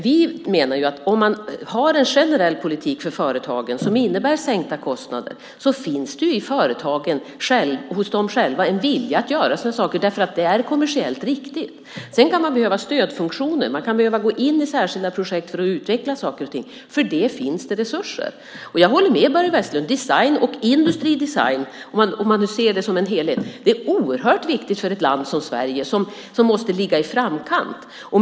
Vi menar att en generell politik för företagen som innebär sänkta kostnader ger företagen möjlighet att använda den egna viljan att göra saker. Det är kommersiellt riktigt. Sedan kan det behövas stödfunktioner, särskilda projekt, för att utveckla saker och ting. För det finns resurser. Jag håller med Börje Vestlund om att design och industridesign - om man ser dem som en helhet - är oerhört viktigt för ett land som Sverige, som måste ligga i framkant.